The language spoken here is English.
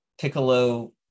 Piccolo